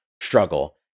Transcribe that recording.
struggle